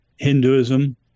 Hinduism